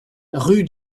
rue